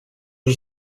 ari